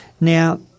now